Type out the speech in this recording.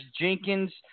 Jenkins